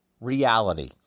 reality